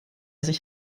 sich